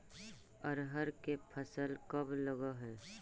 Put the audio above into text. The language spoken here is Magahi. अरहर के फसल कब लग है?